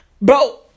bro